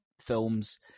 films